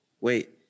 Wait